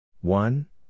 One